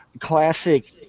classic